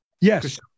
Yes